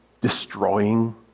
destroying